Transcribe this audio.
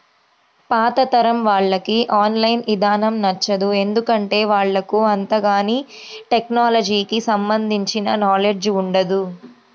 పాతతరం వాళ్లకి online ఇదానం నచ్చదు, ఎందుకంటే వాళ్లకు అంతగాని టెక్నలజీకి సంబంధించిన నాలెడ్జ్ ఉండదు